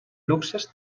luxes